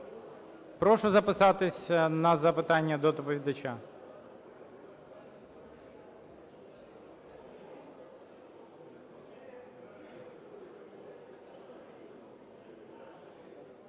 Прошу записатися на запитання до доповідача.